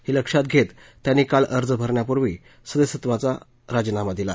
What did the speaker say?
हे लक्षात घेत त्यांनी काल अर्ज भरण्यापूर्वी सदस्यत्व पदाचा राजीनामा दिला